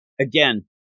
again